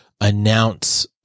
announce